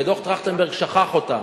ודוח-טרכטנברג שכח אותן.